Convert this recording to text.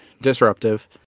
disruptive